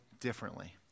differently